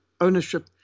ownership